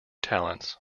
talents